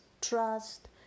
trust